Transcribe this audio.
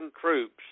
troops